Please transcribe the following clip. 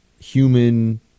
human